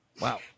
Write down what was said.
Wow